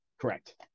correct